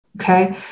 Okay